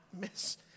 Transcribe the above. miss